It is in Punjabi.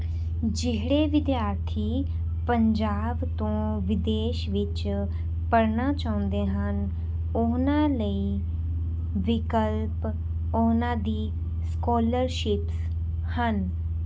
ਜਿਹੜੇ ਵਿਦਿਆਰਥੀ ਪੰਜਾਬ ਤੋਂ ਵਿਦੇਸ਼ ਵਿੱਚ ਪੜ੍ਹਨਾ ਚਾਹੁੰਦੇ ਹਨ ਉਹਨਾਂ ਲਈ ਵਿਕਲਪ ਉਹਨਾਂ ਦੀ ਸਕੋਲਰਸ਼ਿਪਸ ਹਨ